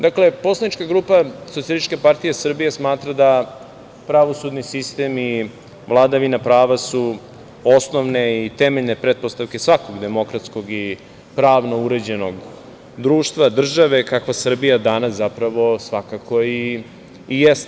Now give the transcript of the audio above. Dakle, poslanička grupa Socijalističke partije Srbije smatra da pravosudni sistem i vladavina prava su osnovne i temeljne pretpostavke svakog demokratskog i pravno uređenog društva, države kakva Srbija danas zapravo svakako i jeste.